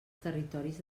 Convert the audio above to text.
territoris